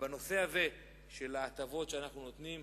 בנושא הזה של ההטבות שאנחנו נותנים,